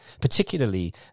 particularly